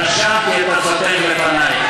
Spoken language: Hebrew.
רשמתי את עצתך לפני.